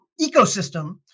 ecosystem